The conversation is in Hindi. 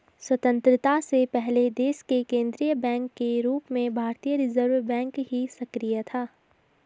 स्वतन्त्रता से पहले देश के केन्द्रीय बैंक के रूप में भारतीय रिज़र्व बैंक ही सक्रिय था